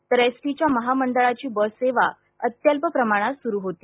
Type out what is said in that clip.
तर S T महामंडळाची bus सेवा अत्यल्प प्रमाणात सुरू होती